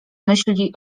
myśli